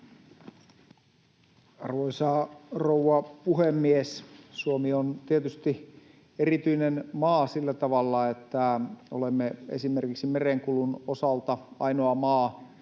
Arvoisa rouva puhemies! Suomi on tietysti erityinen maa sillä tavalla, että olemme esimerkiksi merenkulun osalta ainoa maa